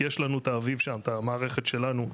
כי יש לנו את המערכת שלנו שם,